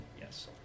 Yes